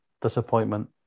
disappointment